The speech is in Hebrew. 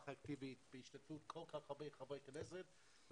אקטיבית ובהשתתפות כל כך הרבה חברי כנסת.